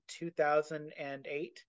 2008